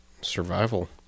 Survival